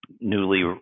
newly